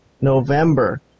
November